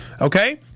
Okay